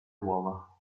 uova